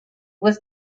was